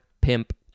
pimp